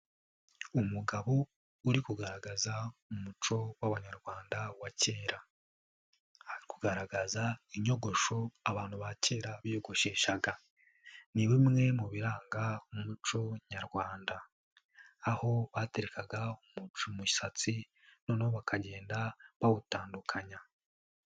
Umugabo uri kugaragaza umuco w'abanyarwanda wa kera, ari kugaragaza inyogosho abantu ba kera biyogosheshaga, ni bimwe mu biranga umuco nyarwanda, aho baterekaga umusatsi noneho bakagenda bawutandukanya.